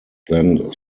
then